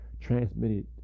transmitted